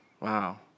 Wow